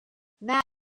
madge